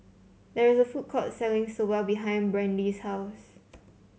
there is a food court selling Soba behind Brandee's house